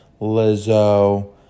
Lizzo